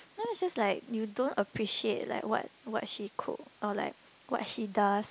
no is just like you don't appreciate like what what she cook or like what she does